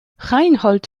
reinhold